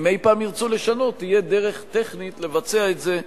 אם אי-פעם ירצו לשנות, תהיה דרך טכנית לבצע את זה.